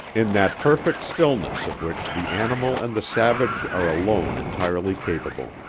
in that perfect stillness of which the animal and the savage are alone entirely capable.